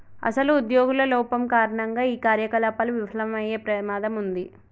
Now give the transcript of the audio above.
అసలు ఉద్యోగుల లోపం కారణంగా ఈ కార్యకలాపాలు విఫలమయ్యే ప్రమాదం ఉంది